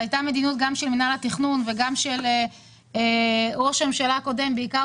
זו הייתה מדיניות של מינהל התכנון ושל ראש הממשלה הקודם ובעיקר